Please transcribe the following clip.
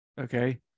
Okay